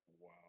Wow